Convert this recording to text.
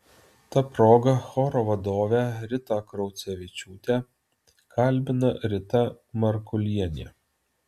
ta proga choro vadovę ritą kraucevičiūtę kalbina rita markulienė